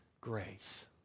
grace